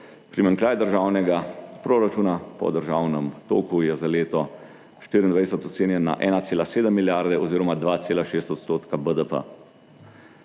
Primanjkljaj državnega proračuna po državnem toku je za leto 2024 ocenjen na 1,7 milijarde oziroma 2,6 % BDP.